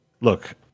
Look